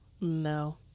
No